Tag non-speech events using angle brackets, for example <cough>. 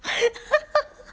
<laughs>